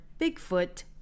Bigfoot